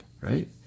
Right